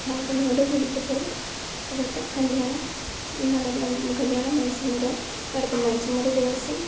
ഒരുക്കത്തോടും ഇവരുടെ കല്യാണം നടത്തും കല്യാണവും മനസമ്മതവും നടത്തും മനസമ്മത ദിവസം